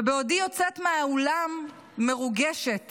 ובעודי יוצאת מהאולם מרוגשת